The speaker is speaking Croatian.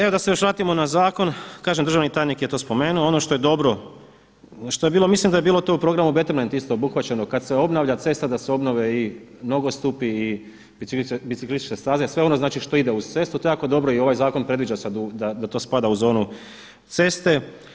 E da se još vratimo na zakon, kažem, državni tajnik je to spomenuo, ono što je dobro, što je bilo, mislim da je bilo to u programu Betterment isto obuhvaćeno, kada se obnavlja cesta da se obnove i nogostupi i biciklističke staze, sve ono znači što ide uz cestu, to jako dobro i ovaj zakon predviđa da to spada u zonu ceste.